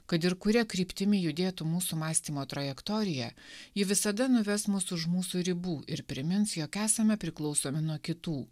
kad ir kuria kryptimi judėtų mūsų mąstymo trajektorija ji visada nuves mus už mūsų ribų ir primins jog esame priklausomi nuo kitų